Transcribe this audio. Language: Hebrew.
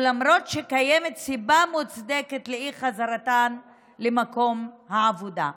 למרות שקיימת סיבה מוצדקת לאי-חזרתן למקום העבודה.